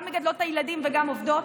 גם מגדלות את הילדים וגם עובדות,